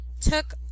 took